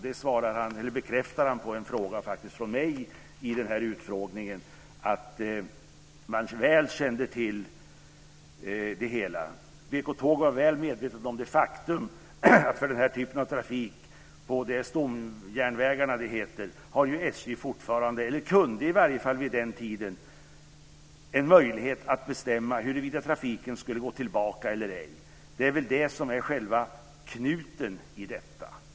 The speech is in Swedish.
Det bekräftade faktiskt företrädaren på en fråga från mig i den här utfrågningen, alltså att man väl kände till det hela. I frågan undrade jag om "BK Tåg var väl medvetet om det faktum att för den här typen av trafik på, är det stomjärnvägarna det heter, har ju SJ fortfarande - eller hade i varje fall vid den tiden - en möjlighet att bestämma huruvida trafiken skulle gå tillbaka eller ej. Det är väl det som är själva knuten i detta."